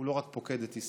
הוא לא פוקד רק את ישראל.